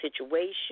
situation